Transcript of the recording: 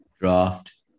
Draft